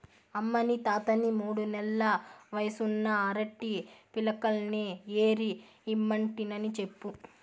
అమ్మనీ తాతని మూడు నెల్ల వయసున్న అరటి పిలకల్ని ఏరి ఇమ్మంటినని చెప్పు